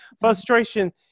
frustration